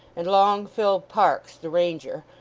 and long phil parkes the ranger,